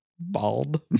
Bald